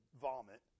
vomit